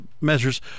measures